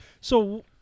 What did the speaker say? So-